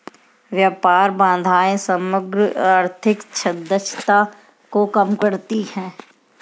व्यापार बाधाएं समग्र आर्थिक दक्षता को कम करती हैं